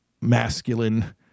masculine